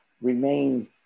remain